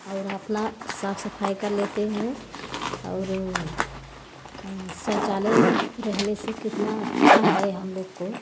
और अपना साफ सफाई कर लेते हैं और शौचालय रहने से कितना अच्छा है हम लोग को